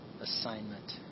assignment